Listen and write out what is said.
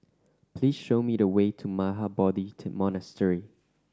please show me the way to Mahabodhi Monastery